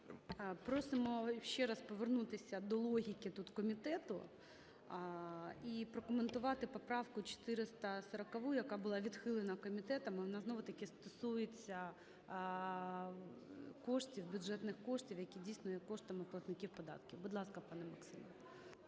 Просимо ще раз повернутись до логіки тут комітету і прокоментувати поправку 440, яка була відхилена комітетом, а вона знову-таки стосується коштів, бюджетних коштів, які, дійсно, є коштами платників податків. Будь ласка, пане Максиме.